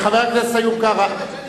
חבר הכנסת איוב קרא,